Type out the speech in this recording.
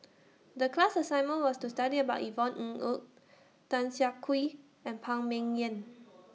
The class assignment was to study about Yvonne Ng Uhde Tan Siah Kwee and Phan Ming Yen